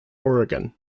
oregon